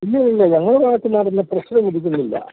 ഇല്ല ഇല്ല ഞങ്ങളുടെ ഭാഗത്ത് അതിൻ്റെ പ്രശ്നം ഉദിക്കുന്നില്ല